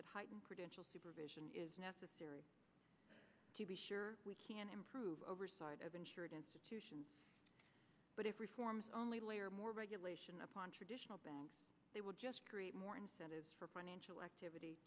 that credential supervision is necessary to be sure we can improve oversight of insured institutions but if reforms only layer more regulation upon traditional banks they would just create more incentives for financial activity